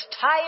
tired